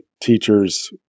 teachers